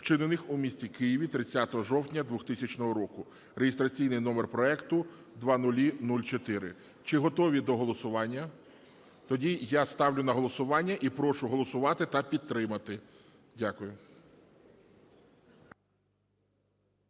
вчинених у місті Києві 30 жовтня 2000 року (реєстраційний номер проекту 0004). Чи готові до голосування? Тоді я ставлю на голосування. І прошу голосувати та підтримати. Дякую.